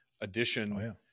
addition